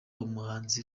umuhanzi